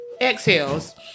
exhales